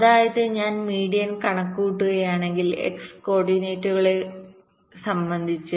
അതിനാൽ ഞാൻ മീഡിയൻ കണക്കുകൂട്ടുകയാണെങ്കിൽ x കോർഡിനേറ്റുകളെ സംബന്ധിച്ച്